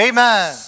Amen